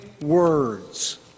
words